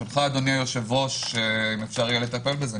אדוני היושב-ראש, אם אפשר יהיה לטפל בזה.